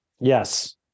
Yes